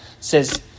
says